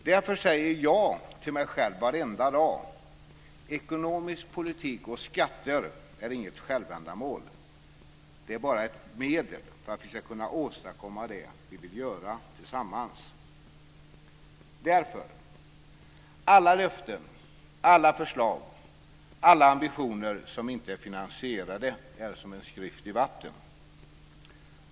Därför säger jag till mig själv varje dag: Ekonomisk politik och skatter är inget självändamål. Det är bara ett medel för att vi ska kunna åstadkomma det vi vill göra tillsammans. Därför är alla löften, alla förslag och alla ambitioner som inte är finansierade som en skrift i vatten.